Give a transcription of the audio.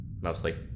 Mostly